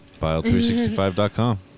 File365.com